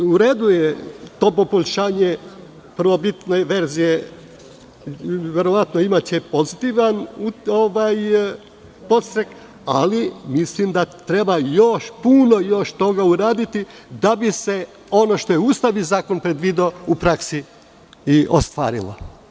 U redu je to poboljšanje prvobitne verzije, verovatno će imati pozitivan podstrek, ali mislim da treba još puno toga uraditi da bi se, ono što je Ustavni zakon predvideo, u praksi ostvarilo.